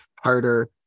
harder